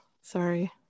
Sorry